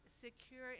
secure